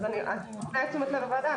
אני מפנה את תשומת לב הוועדה,